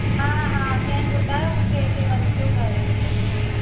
हा हा कंहिं ॿुधायो मूंखे हिते वञिजो करे